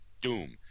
Doom